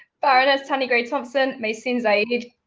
baroness tanni grey-thompson, maysoon zayid,